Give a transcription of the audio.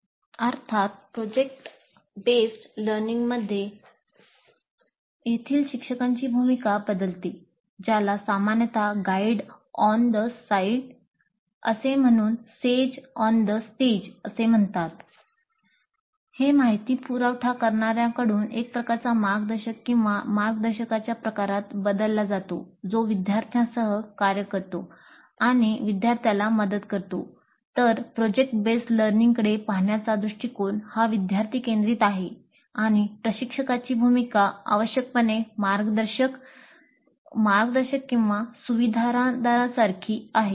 अर्थात प्रकल्प आधारित शिक्षणामध्ये पाहण्याचा दृष्टिकोन हा विद्यार्थी केंद्रित आहे आणि प्रशिक्षकाची भूमिका आवश्यकपणे मार्गदर्शक मार्गदर्शक किंवा सुविधादारांसारखी आहे